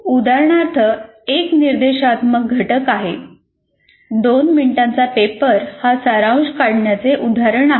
उदाहरणार्थ एक निर्देशात्मक घटक आहे 2 मिनिटांचा पेपर हा सारांश काढण्याचे उदाहरण आहे